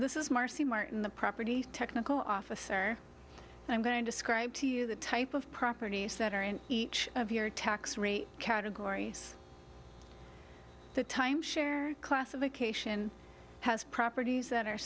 this is marcy martin the property technical officer i'm going to describe to you the type of properties that are in each of your tax rate categories the timeshare classification has properties that are